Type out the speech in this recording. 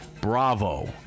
bravo